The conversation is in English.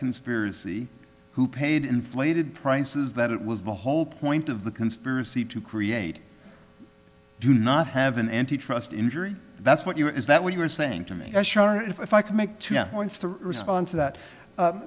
conspiracy who paid inflated prices that it was the whole point of the conspiracy to create do not have an antitrust injury that's what you're is that what you're saying to me if i can make two points to respond to that